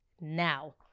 now